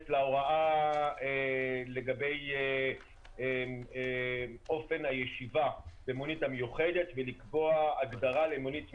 להוראה לגבי אופן הישיבה במונית המיוחדת ולקבוע הגדרה למונית מיוחדת,